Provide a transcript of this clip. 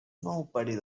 nobody